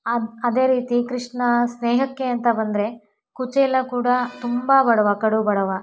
ಅದು ಅದೇ ರೀತಿ ಕೃಷ್ಣ ಸ್ನೇಹಕ್ಕೆ ಅಂತ ಬಂದರೆ ಕುಚೇಲ ಕೂಡ ತುಂಬ ಬಡವ ಕಡು ಬಡವ